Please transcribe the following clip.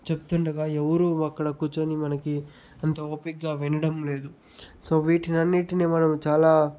చెప్తుండగా ఎవరూ అక్కడ కూర్చొని మనకి అంత ఓపిగ్గా వినడం లేదు సో వీటిని అన్నింటిని మనం చాలా